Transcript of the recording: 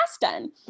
done